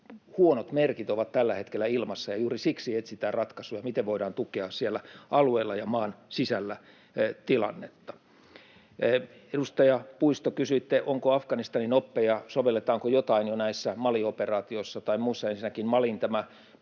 Huonot merkit ovat tällä hetkellä ilmassa, ja juuri siksi etsitään ratkaisuja, miten voidaan tukea siellä alueella ja maan sisällä tilannetta. Edustaja Puisto, kysyitte, onko Afganistanin oppeja, sovelletaanko jotain jo näissä Mali-operaatioissa tai muussa. Ensinnäkin tämä Malin